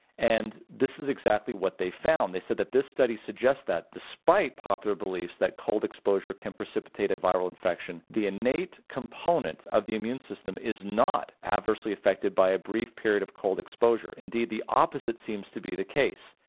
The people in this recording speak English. and this is exactly what they found they said that this study suggests that, despite popular beliefs that cold exposure can precipitate a viral infection, the innate component of the immune system is not adversely affected by a brief period of cold exposure. indeed, the opposite seems to be the case.